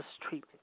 treatment